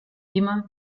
immer